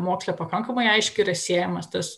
moksle pakankamai aiškiai yra siejamas tas